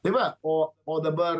tai va o o dabar